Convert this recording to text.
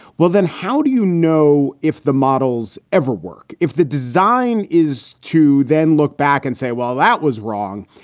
well, then how do you know if the models ever work? if the design is to then look back and say, well, that was wrong.